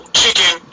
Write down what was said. chicken